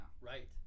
Right